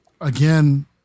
again